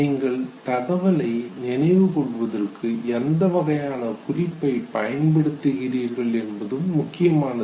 நீங்கள் தகவலை நினைவு கொள்வதற்கு எந்த வகையான குறிப்பை பயன் படுத்துகிறீர்கள் என்பதும் முக்கியமானது